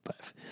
five